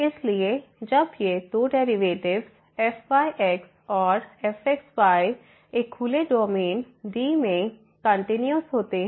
इसलिए जब ये दो डेरिवेटिव्स fyx और fxy एक खुले डोमेन D में कंटिन्यूस होते हैं